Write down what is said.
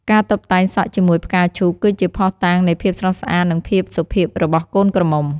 ការតុបតែងសក់ជាមួយផ្កាឈូកគឺជាភស្តុតាងនៃភាពស្រស់ស្អាតនិងភាពសុភាពរបស់កូនក្រមុំ។